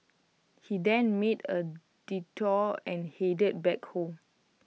he then made A detour and headed back home